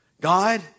God